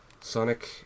Sonic